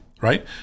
right